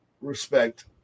respect